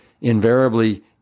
invariably